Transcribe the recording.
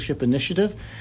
Initiative